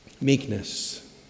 Meekness